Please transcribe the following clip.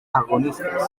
agonistes